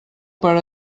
per